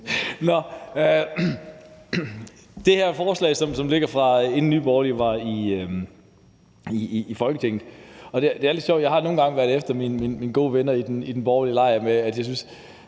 Det her forslag ligger tilbage, fra før Nye Borgerlige kom i Folketinget, og det er lidt sjovt, for jeg har nogle gange været lidt efter mine gode venner i den borgerlige lejr, for kunne de